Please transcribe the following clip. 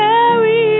Carry